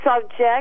subject